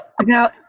Now